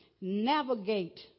navigate